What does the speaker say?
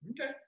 Okay